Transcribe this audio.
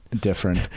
different